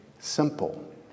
simple